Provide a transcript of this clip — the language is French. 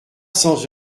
cents